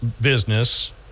Business